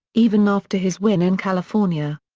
even after his win in california.